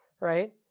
right